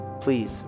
please